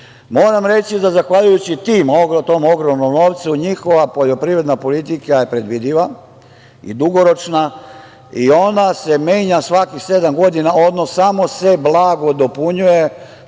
reći da zahvaljujući tom ogromnom novcu njihova poljoprivredna politika je predvidiva i dugoročna. Ona se menja svakih sedam godina, odnosno samo se blago dopunjuje